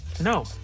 No